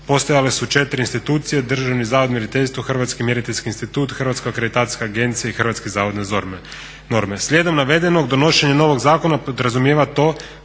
postojale su 4 institucije: Državni zavod za mjeriteljstvo, Hrvatski mjeriteljski institut, Hrvatska akreditacijska agencija i Hrvatski zavod za norme. Slijedom navedenog, donošenje novog zakona podrazumijeva to